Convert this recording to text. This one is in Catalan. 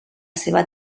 seva